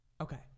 Okay